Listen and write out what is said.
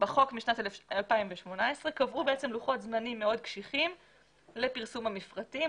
בחוק משנת 2018 קבעו לוחות זמנים מאוד קשיחים לפרסום המפרטים,